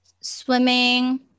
Swimming